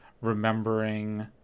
remembering